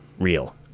real